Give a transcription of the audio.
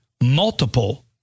multiple